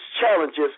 challenges